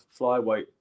flyweight